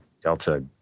Delta